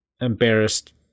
Embarrassed